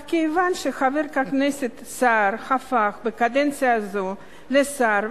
אך כיוון שחבר הכנסת סער הפך בקדנציה הזאת לשר,